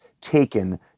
taken